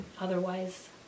Otherwise